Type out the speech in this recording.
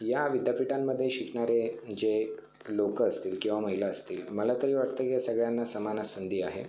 या विद्यापीठांमध्ये शिकणारे जे लोकं असतील किंवा महिला असतील मला तरी वाटतं की या सगळ्यांना समानच संधी आहे